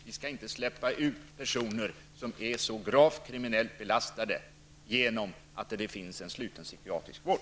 Vi skall inte släppa ut personer, som är gravt kriminellt belastade och som dömts till sluten psykiatrisk vård.